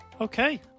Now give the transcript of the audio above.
Okay